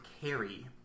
carry